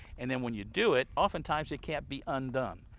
and then when you do it, often times it can't be undone.